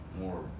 more